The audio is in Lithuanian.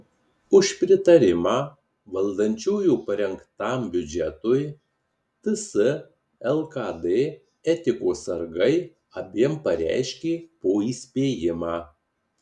už pritarimą valdančiųjų parengtam biudžetui ts lkd etikos sargai abiem pareiškė po įspėjimą